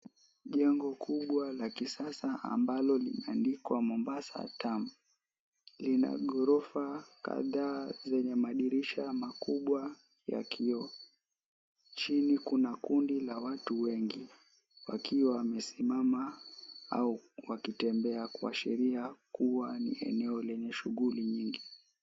Jengo kubwa la kisasa ambalo limeandikwa Mombasa tamu, lina gorofa kadhaa zenye madirisha makubwa ya kioo, chini kuna kundi la watu wengi wakiwa wamesimama au wakitembea kuashiria kuwa ni eneo lenye shughuli nyingi.